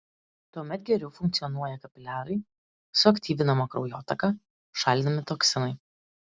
tuomet geriau funkcionuoja kapiliarai suaktyvinama kraujotaka šalinami toksinai